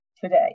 Today